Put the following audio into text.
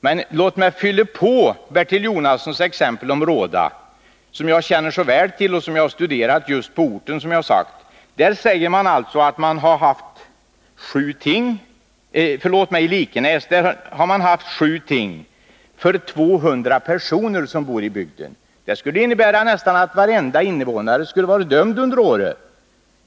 Men låt mig fylla på Bertil Jonassons exempel med att tala om Likenäs. Där sägs det att man hållit sju ting för 200 personer som bor i bygden. Det skulle innebära att nästan varenda invånare hade blivit dömd under året.